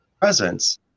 presence